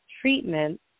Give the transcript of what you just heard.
treatment